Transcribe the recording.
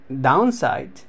downside